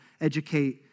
educate